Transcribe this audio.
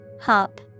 Hop